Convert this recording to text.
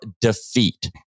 defeat